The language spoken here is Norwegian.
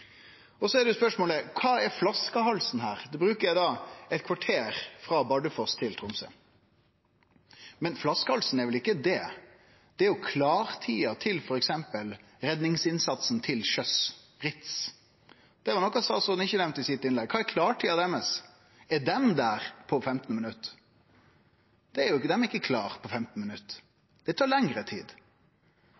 vel? Så er spørsmålet: Kva er flaskehalsen her? Ein bruker eit kvarter frå Bardufoss til Tromsø. Men flaskehalsen er vel ikkje det? Det er klartida til f.eks. redningsinnsatsen til sjøs – RITS. Det var noko statsråden ikkje nemnde i sitt innlegg. Kva er klartida deira? Er dei der på 15 minutt? Dei er ikkje klare på 15 minutt.